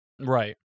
right